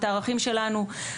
את הערכים שלנו,